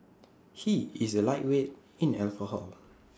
he is A lightweight in alcohol